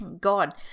God